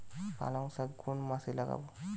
পালংশাক কোন মাসে লাগাব?